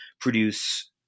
produce